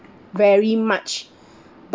very much but